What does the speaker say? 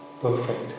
perfect